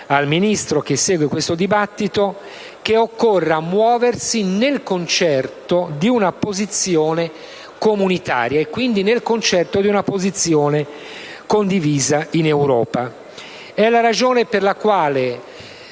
al Ministro che segue questo dibattito - che occorre muoversi nel concerto di una posizione comunitaria, e quindi nel concerto di una posizione condivisa in Europa.